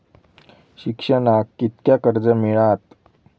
शिक्षणाक कीतक्या कर्ज मिलात?